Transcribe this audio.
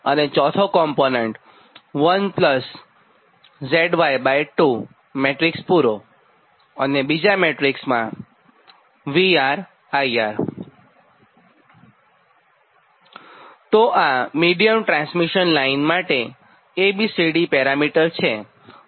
તો આ medium transmission line માટેનાં A B C D parameter છે